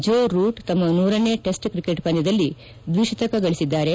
ಜೋ Root ತಮ್ಮ ನೂರನೇ test cricket ಪಂದ್ಕದಲ್ಲಿ ದ್ವಿಶತಕ ಗಳಿಸಿದ್ದಾರೆ